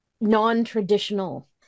non-traditional